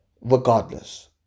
regardless